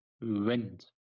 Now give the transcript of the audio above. wind